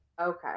Okay